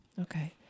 okay